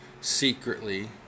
secretly